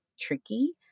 tricky